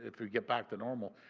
if we get back to normal.